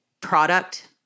product